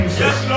yes